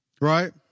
Right